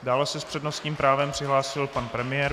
Dále se s přednostním právem přihlásil pan premiér.